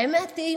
האמת היא